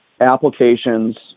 applications